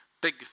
big